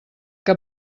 que